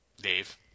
Dave